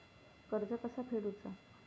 कर्ज कसा फेडुचा?